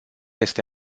este